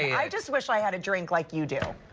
i just wish i had a drink like you do.